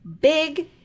Big